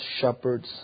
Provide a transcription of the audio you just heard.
shepherds